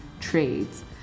trades